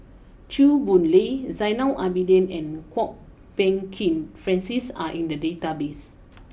Chew Boon Lay Zainal Abidin and Kwok Peng Kin Francis are in the database